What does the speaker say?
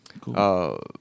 Cool